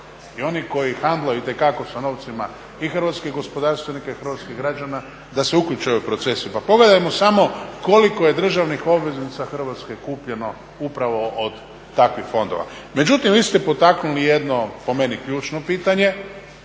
i oni koji handlaju itekako sa novcima i hrvatskih gospodarstvenika i hrvatskih građana da se uključe u ove procese. Pa pogledajmo samo koliko je državnih obveznica Hrvatske kupljeno upravo od takvih fondova. Međutim vi ste potaknuli po meni jedno ključno pitanje,